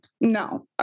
No